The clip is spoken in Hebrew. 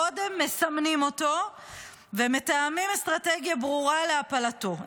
קודם מסמנים אותו ומתאמים אסטרטגיה ברורה להפלתו,